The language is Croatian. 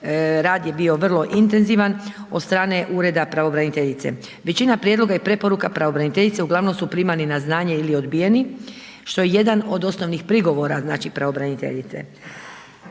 rad je bio vrlo intenzivan, od strane Ureda pravobraniteljica. Većina prijedloga i preporuka pravobraniteljice, ugl. su primani na znanje ili odbijeni, što je jedan od osnovnih prigovora pravobraniteljice.